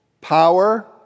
power